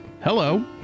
hello